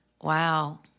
Wow